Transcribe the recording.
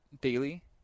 daily